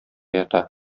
ята